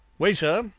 waiter,